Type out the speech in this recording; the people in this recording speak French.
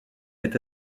est